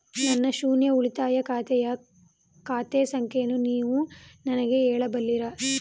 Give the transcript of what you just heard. ನನ್ನ ಶೂನ್ಯ ಉಳಿತಾಯ ಖಾತೆಯ ಖಾತೆ ಸಂಖ್ಯೆಯನ್ನು ನೀವು ನನಗೆ ಹೇಳಬಲ್ಲಿರಾ?